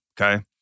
okay